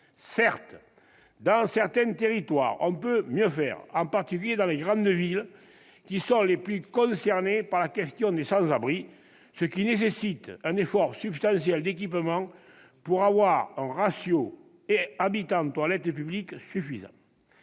Certes, dans certains territoires, on peut mieux faire, en particulier dans les grandes villes, qui sont les plus concernées par la question des sans-abri. Un effort substantiel d'équipement pour atteindre un ratio suffisant de toilettes publiques par